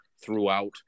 throughout